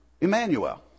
Emmanuel